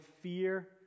fear